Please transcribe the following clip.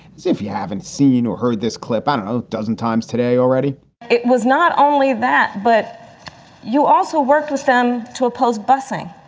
if you haven't seen or heard this clip out a dozen times today already it was not only that, but you also worked with them to oppose busing.